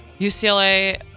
UCLA